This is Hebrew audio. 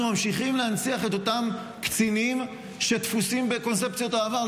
אנחנו ממשיכים להנציח את אותם קצינים שתפוסים בקונספציות העבר.